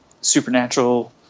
supernatural